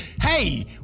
Hey